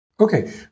Okay